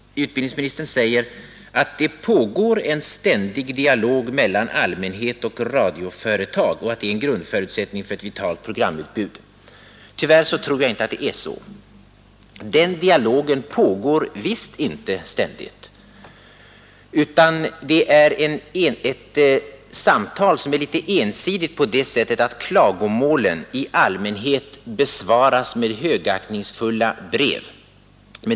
Utbildningsministern säger att det pågår en ständig dialog mellan allmänhet och radioföretag och att det är en grundförutsättning för vitalt programutbud. Tyvärr tror jag inte att det är så. Den dialogen pågår visst inte ständigt, utan det är ett samtal som är något ensidigt på det sättet att klagomålen i allmänhet besvaras med högaktningsfulla brev.